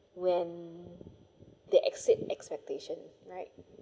when they exceed expectation right